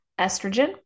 estrogen